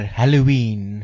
halloween